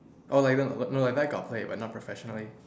oh like no like got play but not professionally